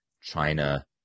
China